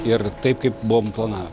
ir taip kaip buvom planavę